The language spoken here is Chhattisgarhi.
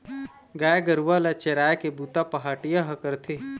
गाय गरूवा ल चराए के बूता पहाटिया ह करथे